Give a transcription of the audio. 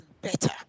better